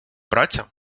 праця